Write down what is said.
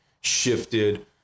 shifted